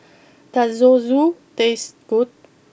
does Zosui taste good